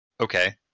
Okay